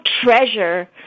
treasure